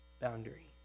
boundary